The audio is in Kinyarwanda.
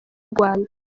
rwanda